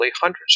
hundreds